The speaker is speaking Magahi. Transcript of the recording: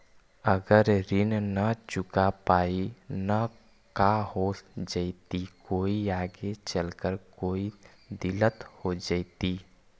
अगर ऋण न चुका पाई न का हो जयती, कोई आगे चलकर कोई दिलत हो जयती?